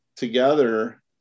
together